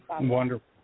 Wonderful